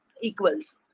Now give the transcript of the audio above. equals